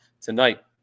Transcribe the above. tonight